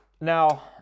Now